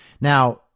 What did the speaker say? Now